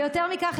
ויותר מכך,